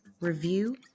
review